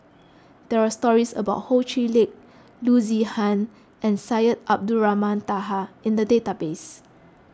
there are stories about Ho Chee Lick Loo Zihan and Syed Abdulrahman Taha in the database